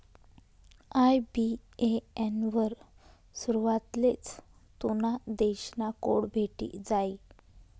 IBAN वर सुरवातलेच तुना देश ना कोड भेटी जायी